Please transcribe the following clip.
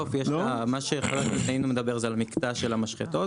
מה שחבר הכנסת דנינו מדבר זה על המקטע של המשחטות,